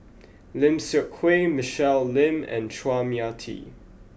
Lim Seok Hui Michelle Lim and Chua Mia Tee